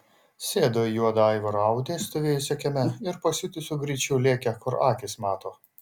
sėdo į juodą aivaro audi stovėjusią kieme ir pasiutusiu greičiu lėkė kur akys mato